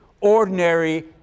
ordinary